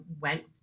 went